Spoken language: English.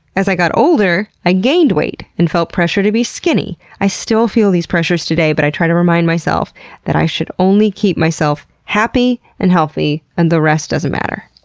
as i got older, i gained weight and felt pressure to be skinny. i still feel these pressures today, but i try to remind myself that i should only keep myself happy and healthy and the rest doesn't matter.